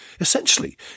Essentially